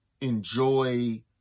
enjoy